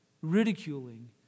ridiculing